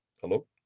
Hello